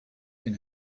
can